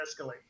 escalate